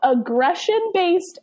aggression-based